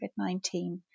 COVID-19